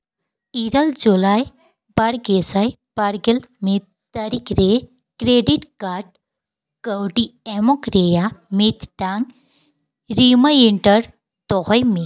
ᱤᱨᱟᱹᱞ ᱡᱩᱞᱟᱭ ᱵᱟᱨ ᱜᱮᱥᱟᱭ ᱵᱟᱨᱜᱮᱞ ᱢᱤᱫ ᱛᱟᱹᱨᱤᱠᱷ ᱨᱮ ᱠᱨᱮᱰᱤᱴ ᱠᱟᱨᱰ ᱠᱟᱹᱣᱰᱤ ᱮᱢᱚᱜ ᱨᱮᱭᱟᱜ ᱢᱤᱫᱴᱟᱝ ᱨᱤᱢᱟᱹᱭ ᱮᱱᱴᱟᱨ ᱫᱚᱦᱚᱭ ᱢᱮ